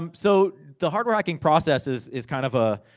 um so, the hardware hacking process is is kind of a.